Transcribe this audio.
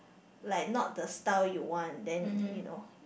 like not the style you want then you know